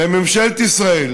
וממשלת ישראל,